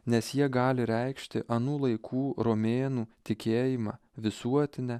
nes jie gali reikšti anų laikų romėnų tikėjimą visuotine